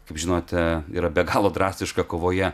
kaip žinote yra be galo drastiška kovoje